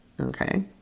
Okay